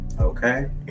okay